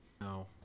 No